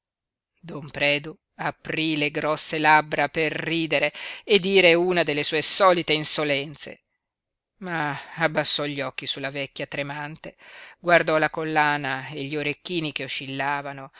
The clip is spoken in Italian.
predu aprí le grosse labbra per ridere e dire una delle sue solite insolenze ma abbassò gli occhi sulla vecchia tremante guardò la collana e gli orecchini che oscillavano